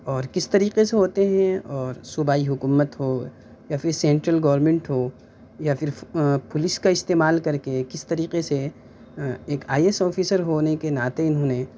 اور کس طریقے سے ہوتے ہیں اور صوبائی حکومت ہو یا پھر سینٹرل گورنمنٹ ہو یا پھر پولیس کا استعمال کر کے کس طریقے سے ایک آئی اے ایس آفیسر ہونے کے ناطے اِنہوں نے